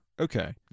okay